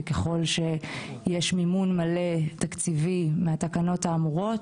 וככל שיש מימון תקציבי מלא מהתקנות האמורות,